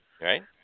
right